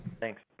Thanks